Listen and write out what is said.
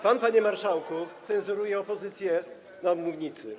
Pan, panie marszałku, cenzuruje opozycję na mównicy.